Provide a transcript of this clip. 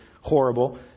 horrible